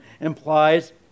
implies